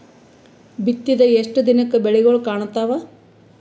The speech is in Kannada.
ಬಿತ್ತಿದ ಎಷ್ಟು ದಿನಕ ಬೆಳಿಗೋಳ ಕಾಣತಾವ?